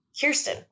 Kirsten